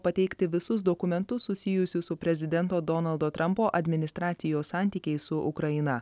pateikti visus dokumentus susijusius su prezidento donaldo trampo administracijos santykiais su ukraina